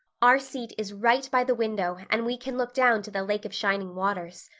our seat is right by the window and we can look down to the lake of shining waters.